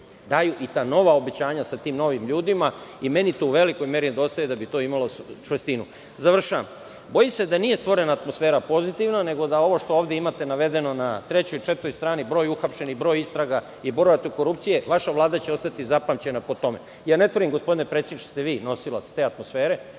daju i ta nova obećanja, sa tim novim ljudima. Meni to u velikoj meri nedostaje da bi to imalo čvrstinu. Bojim se da nije stvorena pozitivna atmosfera, nego da ovo što imate ovde navedeno na trećoj, četvrtoj strani, broj uhapšenih, broj istraga i borba protiv korupcije, vaša Vlada će ostati upamćena po tome. Ne tvrdim, gospodine predsedniče, da ste vi nosilac te atmosfere,